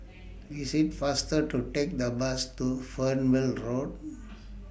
IT IS faster to Take The Bus to Fernvale Road